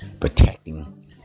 protecting